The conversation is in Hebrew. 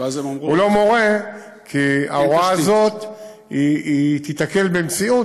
הוא לא מורה כי ההוראה הזאת תיתקל במציאות